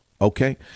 okay